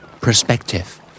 Perspective